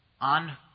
on